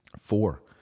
four